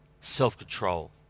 self-control